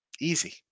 Easy